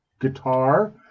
guitar